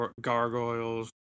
gargoyles